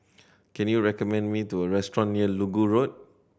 can you recommend me to a restaurant near Inggu Road